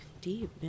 deep